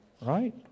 right